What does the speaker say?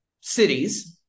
cities